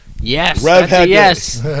yes